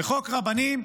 בחוק רבנים,